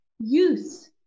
youth